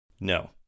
no